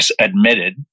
admitted